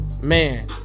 Man